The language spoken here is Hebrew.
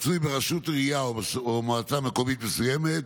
מצוי ברשות עירייה או מועצה מקומית מסוימת,